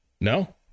No